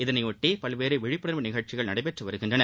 இதனையொட்டி பல்வேறு விழிப்புணர்வு நிகழ்ச்சிகள் நடைபெற்று வருகின்றன